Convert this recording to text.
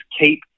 keep